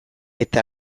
eta